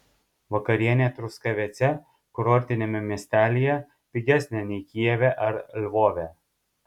vakarienė truskavece kurortiniame miestelyje pigesnė nei kijeve ar lvove